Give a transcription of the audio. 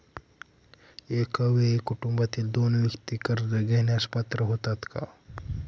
एका वेळी कुटुंबातील दोन व्यक्ती कर्ज घेण्यास पात्र होतात का?